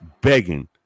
begging